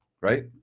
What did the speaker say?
right